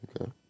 Okay